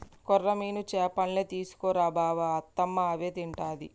కొర్రమీను చేపల్నే తీసుకు రా బావ అత్తమ్మ అవే తింటది